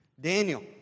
Daniel